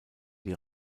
die